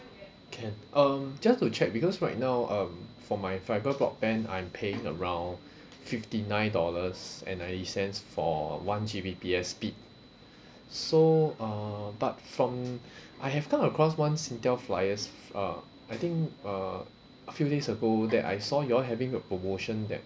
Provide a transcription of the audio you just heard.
can um just to check because right now um for my fibre broadband I'm paying around fifty nine dollars and ninety cents for one G_B_P_S speed so um but from I have come across one Singtel flyers uh I think uh a few days ago that I saw you all having a promotion that